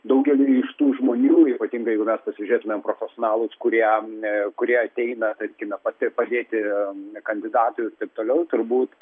daugeliui iš tų žmonių ypatingai jeigu mes pasižiūrėtumėm profesionalus kurie m kurie ateina tarkime pati padėti kandidatui ir taip toliau turbūt